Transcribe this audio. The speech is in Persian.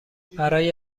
برای